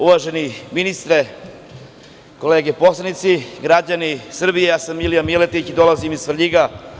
Uvaženi ministre, kolege poslanici, građani Srbije, ja sam Milija Miletić, dolazim iz Svrljiga.